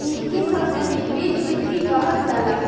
ऐइके सार्वजनिक वित्त भी कहल जाला